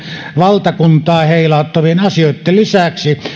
valtakuntaa heilauttavien asioitten lisäksi